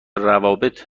روابط